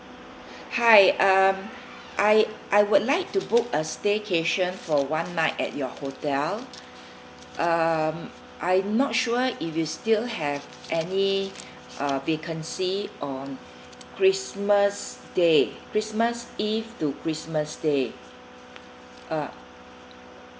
hi um I I would like to book a staycation for one night at your hotel um I not sure if you still have any uh vacancy on christmas day christmas eve to christmas day uh